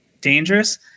dangerous